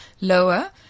lower